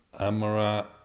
amara